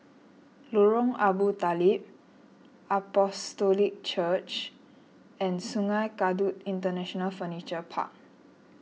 Lorong Abu Talib Apostolic Church and Sungei Kadut International Furniture Park